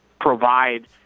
provide